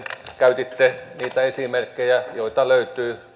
käytitte niitä esimerkkejä joita löytyy